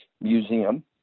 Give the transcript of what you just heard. museum